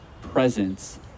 presence